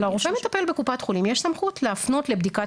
לרופא המטפל בקופת החולים יש סמכות להפנות לבדיקת